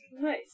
Nice